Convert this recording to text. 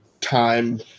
Time